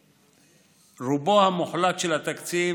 רובו המוחלט של התקציב